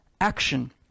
action